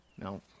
No